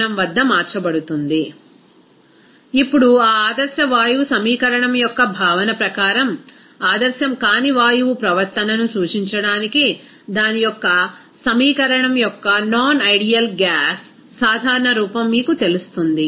refer slide టైం2100 ఇప్పుడు ఆ ఆదర్శ వాయువు సమీకరణం యొక్క భావన ప్రకారం ఆదర్శం కాని వాయువు ప్రవర్తనను సూచించడానికి దాని యొక్క సమీకరణం యొక్క నాన్ ఐడియల్ గ్యాస్ సాధారణ రూపం మీకు తెలుస్తుంది